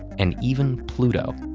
and even pluto.